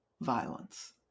violence